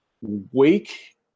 Wake